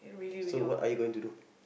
so what are you going to do